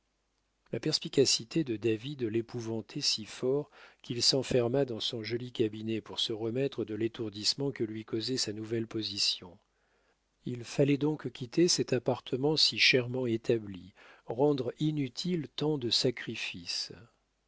la perspicacité de david l'épouvantait si fort qu'il s'enferma dans son joli cabinet pour se remettre de l'étourdissement que lui causait sa nouvelle position il fallait donc quitter cet appartement si chèrement établi rendre inutiles tant de sacrifices